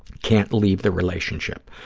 can't leave the relationship.